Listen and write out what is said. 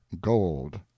gold